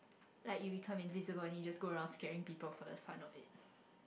like you become invisible then you just go around scaring people for the fun of it